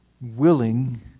willing